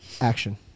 Action